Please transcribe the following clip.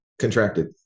contracted